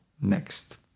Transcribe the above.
next